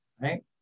right